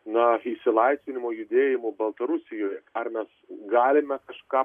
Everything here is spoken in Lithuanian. na išsilaisvinimo judėjimu baltarusijoj ar mes galime kažką